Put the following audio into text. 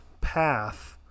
path